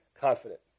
confident